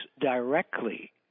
directly